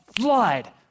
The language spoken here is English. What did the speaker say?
flood